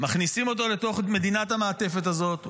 מכניסים אותו לתוך מדינת המעטפת הזאת,